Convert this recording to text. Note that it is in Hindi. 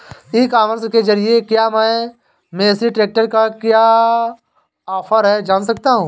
ई कॉमर्स के ज़रिए क्या मैं मेसी ट्रैक्टर का क्या ऑफर है जान सकता हूँ?